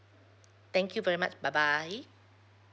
thank you very much bye bye